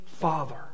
father